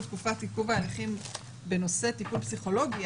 תקופת עיכוב ההליכים בנושא טיפול פסיכולוגי,